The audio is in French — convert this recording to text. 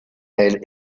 elle